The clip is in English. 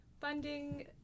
funding